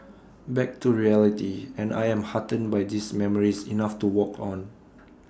back to reality and I am heartened by these memories enough to walk on